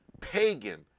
pagan